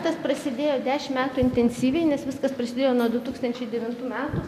tas prasidėjo dešimt metų intensyviai nes viskas prasidėjo nuo du tūkstančiai devintų metų